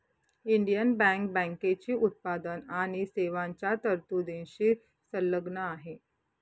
Indian bank बँकेची उत्पादन आणि सेवांच्या तरतुदींशी संलग्न आहे